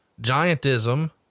giantism